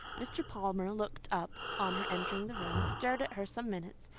mr. palmer looked up on her entering the room, stared at her some minutes,